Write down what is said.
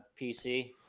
PC